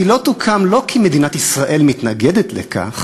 היא לא תוקם לא כי מדינת ישראל מתנגדת לכך,